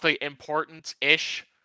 important-ish